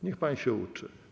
Niech pan się uczy.